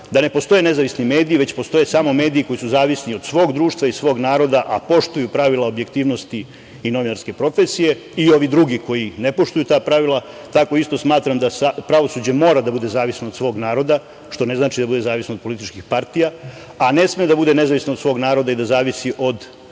da ne postoje nezavisni mediji, već postoje samo mediji koji su zavisni od svog društva i svog naroda, a poštuju pravila objektivnosti i novinarske profesije i ovi drugi koji ne poštuju ta pravila, tako isto smatram da pravosuđe mora da bude zavisno od svog naroda, što ne znači da bude zavisno od političkih partija, a ne sme da bude nezavisno od svog naroda i da zavisi od